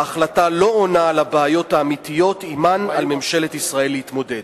ההחלטה לא עונה על הבעיות האמיתיות שעמן על ממשלת ישראל להתמודד.